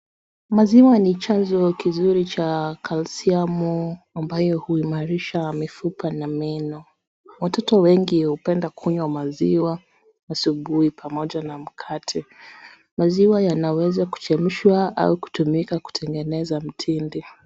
Maziwa ni chanzo kizuri ya kalshiamu ambayo huimarisha mifupa na meno, watoto wengi hupenda kunywa maziwa asubuhi pamoja na mkate maziwa yanaweza kuchemshwa ama kutumika kujenga mtindi.